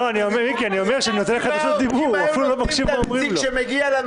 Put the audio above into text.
אם היו נותנים את הנציג שמגיע לנו